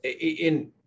in-